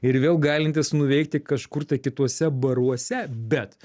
ir vėl galintis nuveikti kažkur tai kituose baruose bet